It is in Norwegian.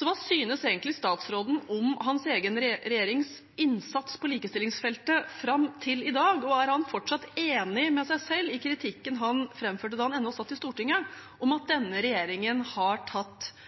Hva synes egentlig statsråden om hans egen regjerings innsats på likestillingsfeltet fram til i dag, og er han fortsatt enig med seg selv i kritikken han framførte da han ennå satt i Stortinget, om at denne regjeringen har tatt